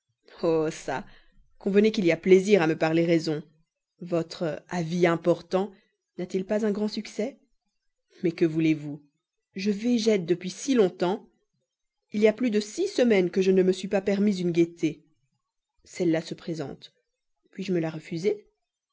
çà convenez qu'il y a plaisir à me parler raison votre avis important n'a-t-il pas un grand succès mais que voulez-vous je végète depuis si longtemps il y a plus de six semaines que je ne me suis pas permis une gaieté celle-là se présente puis-je me la refuser